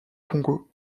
congo